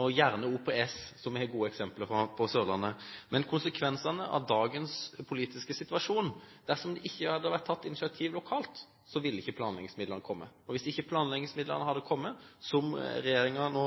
og gjerne OPS, som vi har gode eksempler på på Sørlandet. Men konsekvensene av dagens politiske situasjon er at dersom det ikke hadde vært tatt initiativ lokalt, så ville ikke planleggingsmidlene kommet. Og hvis ikke planleggingsmidlene hadde kommet, som regjeringen nå